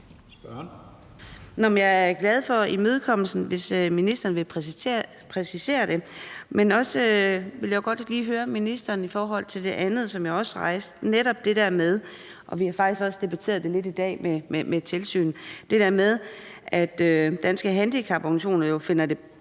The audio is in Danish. Jeg er glad for imødekommelsen, i forhold til at ministeren vil præcisere det. Men jeg vil også godt lige høre ministeren i forhold til det andet, som jeg også rejste, netop det der med – vi har faktisk debatteret det lidt i dag med hensyn til tilsyn – at Danske Handicaporganisationer finder det